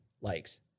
likes